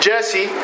Jesse